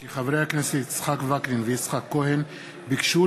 כי חברי הכנסת יצחק וקנין ויצחק כהן ביקשו